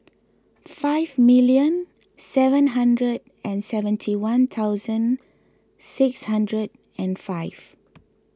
five million seven hundred and seventy one thousand six hundred and five